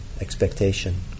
expectation